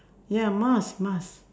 ya must must